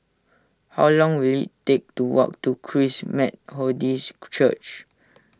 how long will it take to walk to Christ Methodist Church